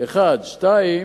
מאז ועד היום.